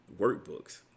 workbooks